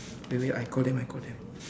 wait wait I call them I call them